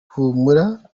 humura